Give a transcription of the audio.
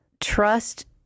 trust